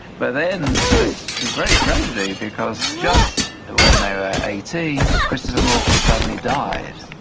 but then it was a great tragedy because just when they were eighteen, christopher morcom suddenly died.